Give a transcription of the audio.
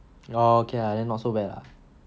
oh okay lah then not so bad lah